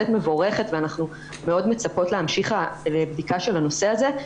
מבורכים ואנחנו מאוד מצפות להמשיך בדיקה של הנושא הזה.